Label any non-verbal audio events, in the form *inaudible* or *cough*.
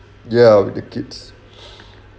ya with the kids *breath*